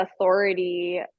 authority